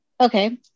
Okay